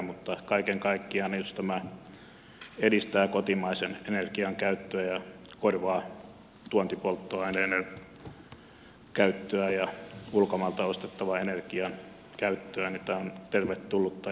mutta kaiken kaikkiaan jos tämä edistää kotimaisen energian käyttöä ja korvaa tuontipolttoaineiden käyttöä ja ulkomailta ostettavan energian käyttöä tämä on tervetullut esitys